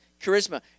charisma